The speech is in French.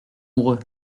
amoureux